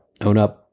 OwnUp